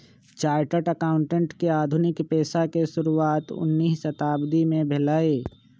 chartered accountant के आधुनिक पेशा के शुरुआत उनइ शताब्दी में भेलइ